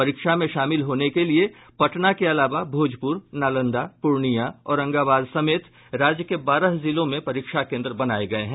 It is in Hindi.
परीक्षा में शामिल होने के लिए पटना के अलावा भोजपूर नालंदा पूर्णियां औरंगाबाद समेत राज्य के बारह जिलों में परीक्षा केन्द्र बनाये गये हैं